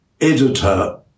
editor